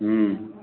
हुँ